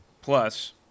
plus